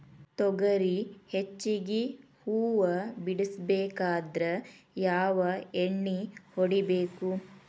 ತೊಗರಿ ಹೆಚ್ಚಿಗಿ ಹೂವ ಬಿಡಬೇಕಾದ್ರ ಯಾವ ಎಣ್ಣಿ ಹೊಡಿಬೇಕು?